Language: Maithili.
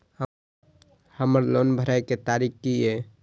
हमर लोन भरए के तारीख की ये?